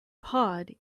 pod